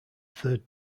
third